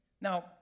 Now